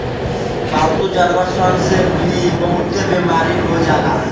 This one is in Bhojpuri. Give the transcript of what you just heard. पालतू जानवर सन से भी बहुते बेमारी हो जाला